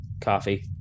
coffee